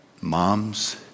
mom's